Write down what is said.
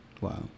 Wow